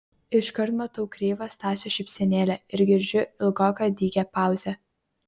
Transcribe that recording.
iškart matau kreivą stasio šypsenėlę ir girdžiu ilgoką dygią pauzę